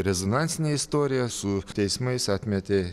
rezonansinė istorija su teismais atmetė